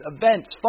events